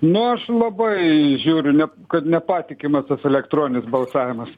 nu aš labai žiūriu kad nepatikimas tas elektroninis balsavimas